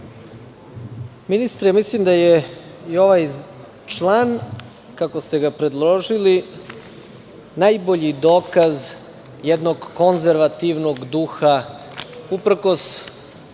Ministre, ja mislim da je i ovaj član, kako ste ga predložili, najbolji dokaz jednog konzervativnog duha, uprkos